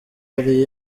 yari